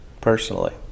personally